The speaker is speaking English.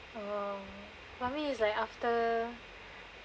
uh for me is like after